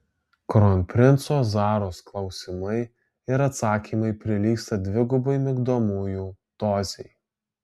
kronprinco zaros klausimai ir atsakymai prilygsta dvigubai migdomųjų dozei